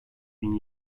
bin